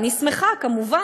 אני שמחה כמובן,